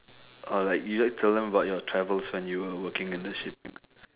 oh like you like tell about your travels when you are working in the ship